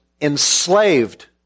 enslaved